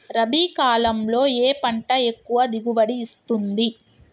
రబీ కాలంలో ఏ పంట ఎక్కువ దిగుబడి ఇస్తుంది?